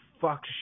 fuck